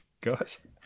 guys